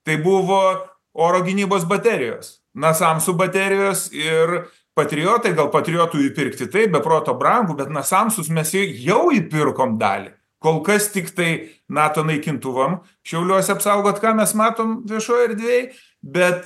tai buvo oro gynybos baterijos nasamsų baterijos ir patriotai gal patriotui pirkti tai be proto brangu bet nasamsus mes jau pirkom dalį kol kas tiktai nato naikintuvam šiauliuose apsaugot ką mes matome viešoj erdvėj bet